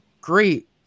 great